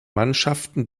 mannschaften